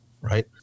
right